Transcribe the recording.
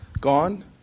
gone